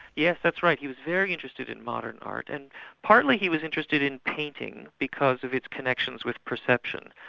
yes, that's right. he was very interested in modern art, and partly he was interested in painting, because of its connections with perception,